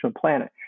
Planet